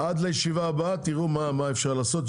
עד לישיבה הבאה תראו מה אפשר לעשות.